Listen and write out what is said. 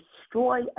destroy